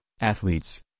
athletes